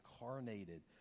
incarnated